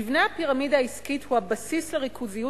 מבנה הפירמידה העסקית הוא הבסיס לריכוזיות